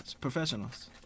Professionals